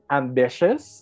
ambitious